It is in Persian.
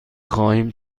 خواهیم